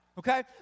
Okay